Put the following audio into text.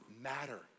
matter